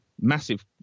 massive